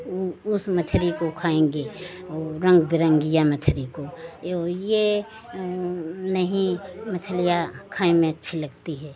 वह उस मछली को खाएँगे और रंग बिरंगिया मछली को यो यह नहीं मछलियाँ खाए में अच्छी लगती है